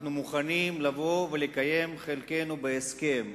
אנחנו מוכנים לבוא ולקיים את חלקנו בהסכם,